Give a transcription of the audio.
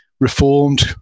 Reformed